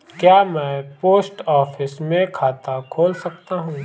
क्या मैं post office में खाता खोल सकता हूँ?